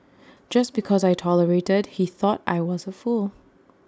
just because I tolerated he thought I was A fool